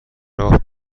راه